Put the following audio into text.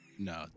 No